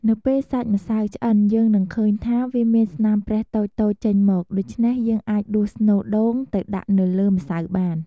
នៅពេលសាច់ម្សៅឆ្អិន យើងនឹងឃើញថា វាមានស្នាមប្រេះតូចៗចេញមក ដូច្នេះ យើងអាចដួសស្នូលដូងទៅដាក់នៅលើម្សៅបាន។